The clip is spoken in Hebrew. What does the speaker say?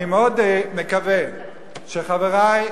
אני מאוד מקווה שחברי,